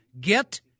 get